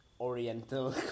oriental